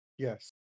Yes